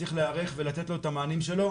שצריך להיערך ולתת לו את המענים שלו.